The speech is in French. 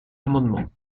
amendements